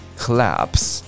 collapse